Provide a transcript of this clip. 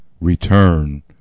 return